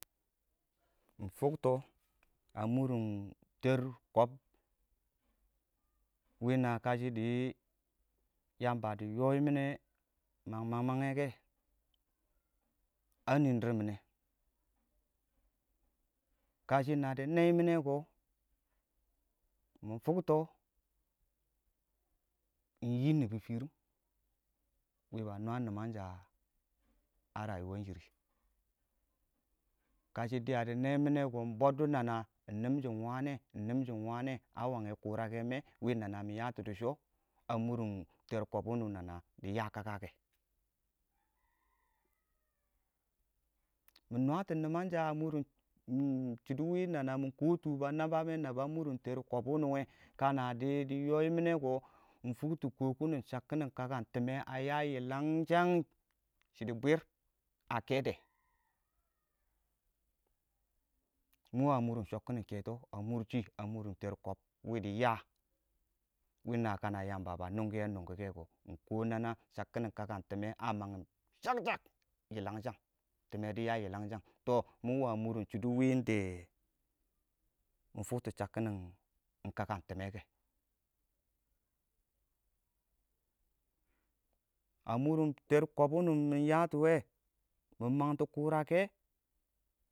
mɪ fʊkkɔ a mʊrrʊn tər kɔb wɪnə kashɪ dɪ yɔyyi minɛ ma mangma ngɛ kɛ a nɪɪn dɪrr mɪne kashina dɪ nɛyyɛ mɪne ko mɪ fʊkto ingyi nibsqtiriim wɪɪn ba nwa nimangsha a shirri kashɪ dɪya dɪ nɛɛ mɪ neko iɪng boddo nana ingninmshin ingniminshim a wange kʊrake mɛ wɪɪn nana mɪ yatɔ dishɔ a mʊrrʊn f5r kɔb win nana dɪ yaa a kakakɛ mɪ nwato nimangsha a mʊrrʊn wɪɪn nana mɪ kɔɔtʊ ba nabbe nabbɛ a mʊrrʊn t5r kɔb wunni wɛ kana dɪ dɪ yɔyyɛ minɔkɔ fuktɔ kɔɔkin shakkin kakan tɪmmɛ a ya yilangshang shɪdo bwɪrrɪ a kɛdɛ shɪdo bwɪrrɪ a kɛdɛ mɪ wa mʊrrʊn shɔkkin kɛtɔ a mʊrrshi a mʊrrʊn tər kɔb wɪdɪ ya wɪɪn na kə na yamba ba nungngure nungngu kɛkɔ ingkɔɔ nana shakkinin kakan tɪmmɛ a mangngim shak shak yilanshangi tɔ mɪ wa mʊrrʊn shɪidɛ win dɛ mɪ tʊktɔ shakkin kakan tɪmmɛ kɛ. A mʊrrʊn tər kɔb wuni mɪ yatɔ wɛ mɪ mangtɔ kʊrakɛ.